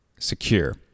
secure